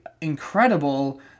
incredible